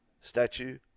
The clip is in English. statue